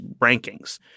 rankings